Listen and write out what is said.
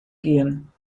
gehen